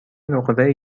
نقره